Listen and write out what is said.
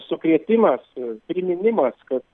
sukrėtimas priminimas kad